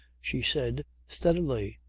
she said steadily.